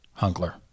Hunkler